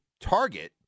target